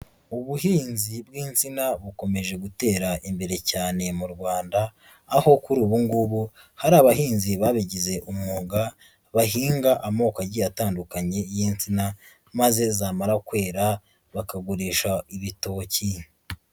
Ubuhinzi bw'insina, bukomeje gutera imbere cyane mu Rwanda. Aho kuri ubu ngubu hari abahinzi babigize umwuga, bahinga amoko agiye atandukanye y'insina. Maze zamara kwera bakagurisha ibitoki.